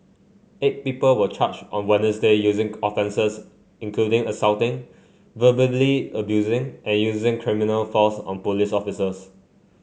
eight people were charged on Wednesday using offences including assaulting verbally abusing and using criminal force on police officers